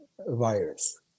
virus